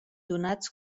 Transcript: donats